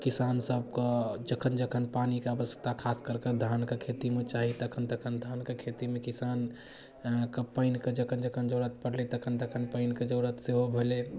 किसान सबके जखन जखन पानिके आवश्यकता खास कर कऽ धानके खेतीमे चाही तऽ तखन तखन धानके खेतीमे किसानके पानिके जखन जखन जरूरत पड़लै तखन तखन पानिके जरूरत सेहो भेलै